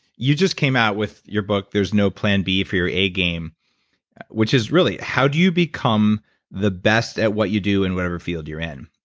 you just came out with your book, there's no plan b for your a-game, which is really how do you become the best at what you do in whatever field you're in.